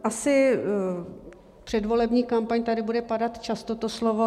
Asi předvolební kampaň, tady bude padat často to slovo.